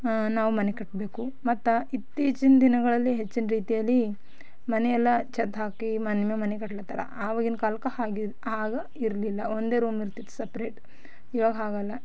ನಾವು ಮನೆ ಕಟ್ಟಬೇಕು ಮತ್ತು ಇತ್ತೀಚಿನ ದಿನಗಳಲ್ಲಿ ಹೆಚ್ಚಿನ ರೀತಿಯಲ್ಲಿ ಮನೆಯೆಲ್ಲ ಚದ್ ಹಾಕಿ ಮನೆ ಮೇಲೆ ಮನೆ ಕಟ್ಲತಾರ ಆವಾಗಿನ ಕಾಲಕ್ಕೆ ಹಾಗೆ ಈ ಆಗ ಇರಲಿಲ್ಲ ಒಂದೇ ರೂಮ್ ಇರ್ತಿತ್ತು ಸಪ್ರೇಟ್ ಇವಾಗ ಹಾಗಲ್ಲ